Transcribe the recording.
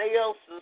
else's